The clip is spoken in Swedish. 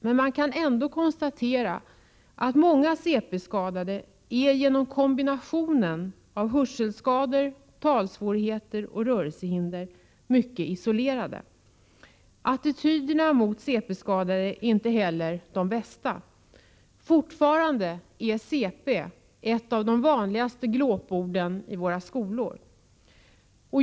Men man kan ändå konstatera att många cp-skadade, genom kombinationen av hörselskador, talsvårigheter och rörelsehinder, är mycket isolerade. Attityderna mot cp-skadade är inte heller de bästa. Fortfarande är ”cp” ett av de vanligaste glåporden i våra skolor.